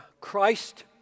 Christ